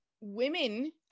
women